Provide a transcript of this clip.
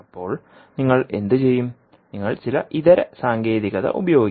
അപ്പോൾ നിങ്ങൾ എന്തുചെയ്യും നിങ്ങൾ ചില ഇതര സാങ്കേതികത ഉപയോഗിക്കും